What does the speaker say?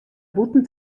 bûten